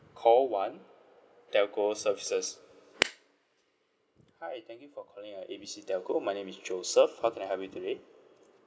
call one telco services hi thank you for calling uh A B C telco my name is joseph how can I help you today